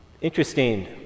interesting